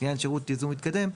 לעניין שירות ייזום מתקדם,